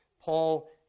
Paul